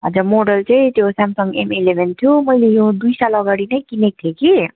हजुर मोडल चाहिँ त्यो स्यामसङ एम एलेभेन थियो मैले यो दुई साल अगाडि नै किनेको थिएँ कि